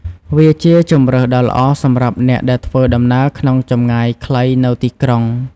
វាជាជម្រើសដ៏ល្អសម្រាប់អ្នកដែលធ្វើដំណើរក្នុងចម្ងាយខ្លីនៅទីក្រុង។